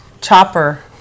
chopper